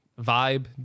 vibe